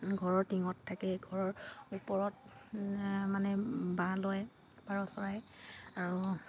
ঘৰৰ টিঙত থাকে ঘৰৰ ওপৰত মানে বাঁহ লয় পাৰ চৰাই আৰু